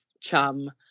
chum